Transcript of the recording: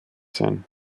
sein